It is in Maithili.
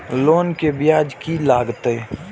लोन के ब्याज की लागते?